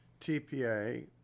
TPA